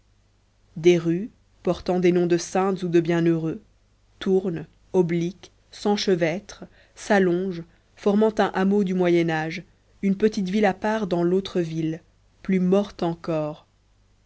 des rues portant des noms de saintes ou de bienheureux tournent obliquent s'enchevêtrent s'allongent formant un hameau du moyen âge une petite ville à part dans l'autre ville plus morte encore